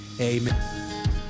amen